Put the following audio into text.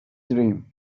dream